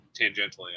tangentially